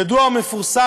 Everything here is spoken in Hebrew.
ידוע ומפורסם,